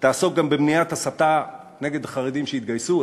תעסוק גם במניעת הסתה נגד החרדים שהתגייסו,